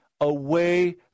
away